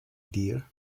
dear